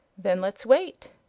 then let's wait.